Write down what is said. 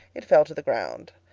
it fell to the ground.